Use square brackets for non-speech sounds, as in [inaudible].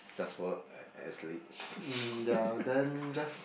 just work a~ and sleep [laughs]